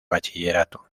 bachillerato